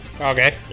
Okay